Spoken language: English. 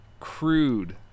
crude